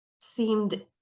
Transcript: seemed